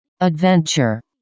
Adventure